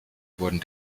wurden